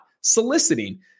soliciting